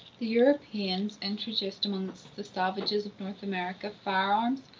the europeans introduced amongst the savages of north america fire-arms,